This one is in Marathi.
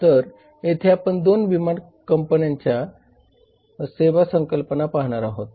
तर येथे आपण 2 विमान कंपन्यांच्या सेवा संकल्पना पाहणार आहोत